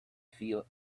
feel